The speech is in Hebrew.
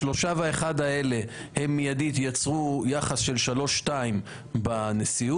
השלושה והאחד האלה יצרו יחס של שלושה-שניים בנשיאות,